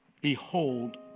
Behold